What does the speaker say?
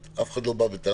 אף אחד לא בא בטענות.